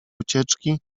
ucieczki